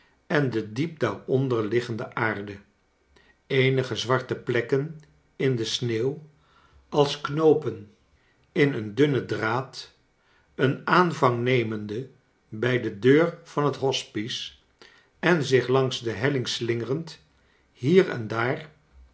en de diep daaronder liggende aarde eenige zwarte plekken in de sneeuw als knoopen in een dunnen draad een aanvang nemende bij de deur van het hospice en zich langs de helling slingerend hier en daar